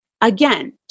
Again